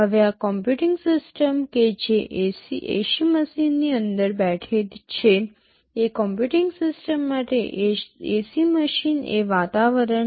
હવે આ computing system કે જે એસી મશીનની અંદર બેઠી છે તે કમ્પ્યુટિંગ સિસ્ટમ માટે એસી મશીન એ વાતાવરણ છે